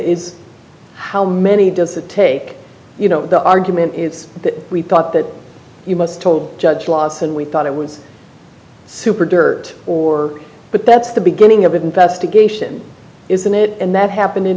is how many does it take you know the argument is that we thought that you must hold judge lawson we thought it was super dirt or but that's the beginning of an investigation isn't it and that happened in